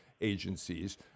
agencies